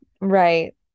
right